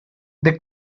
they